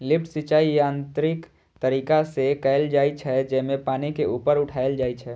lift सिंचाइ यांत्रिक तरीका से कैल जाइ छै, जेमे पानि के ऊपर उठाएल जाइ छै